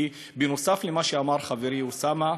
כי נוסף על מה שאמר חברי אוסאמה,